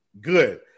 good